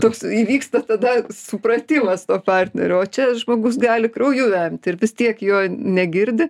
toks įvyksta tada supratimas to partnerio o čia žmogus gali krauju vemti ir vis tiek jo negirdi